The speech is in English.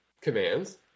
commands